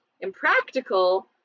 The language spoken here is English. impractical